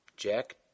Jack